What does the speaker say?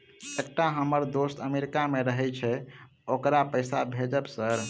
एकटा हम्मर दोस्त अमेरिका मे रहैय छै ओकरा पैसा भेजब सर?